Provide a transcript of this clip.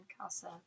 casa